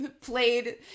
played